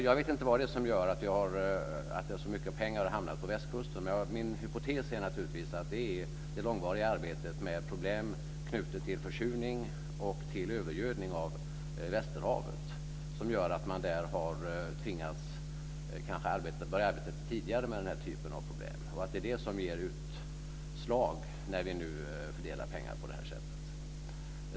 Jag vet inte vad det är som gör att så mycket pengar har hamnat på Västkusten, men min hypotes är att det är det långvariga arbetet med problem knutna till försurning och övergödning av Västerhavet som gör att man där har tvingats att börja arbetet tidigare med den här typen av problem och att det är det som ger utslag när vi fördelar pengarna.